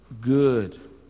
good